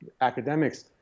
academics